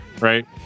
right